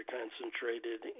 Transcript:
concentrated